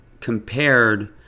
compared